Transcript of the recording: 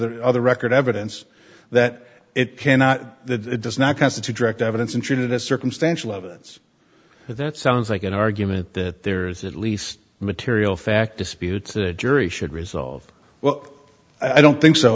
the other record evidence that it cannot that does not constitute direct evidence and treated as circumstantial that's that sounds like an argument that there is at least material fact disputes the jury should resolve well i don't think so